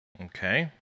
Okay